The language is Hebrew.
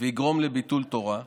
ויגרום לביטול תורה,